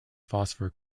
phosphor